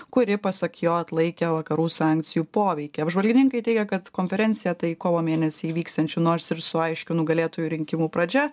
kuri pasak jo atlaikė vakarų sankcijų poveikį apžvalgininkai teigia kad konferencija tai kovo mėnesį įvyksiančių nors ir su aiškiu nugalėtoju rinkimų pradžia